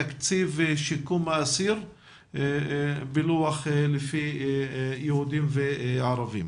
הוועדה מבקשת פילוח של תקציב שיקום האסיר עם פילוח ליהודים וערבים.